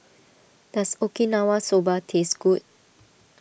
does Okinawa Soba taste good